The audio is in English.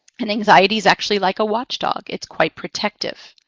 and anxiety's actually like a watch dog. it's quite protective.